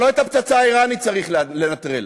אבל לא את הפצצה האיראנית צריך לנטרל,